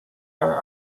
are